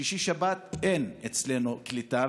בשישי-שבת אין אצלנו קליטה,